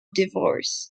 divorced